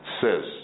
says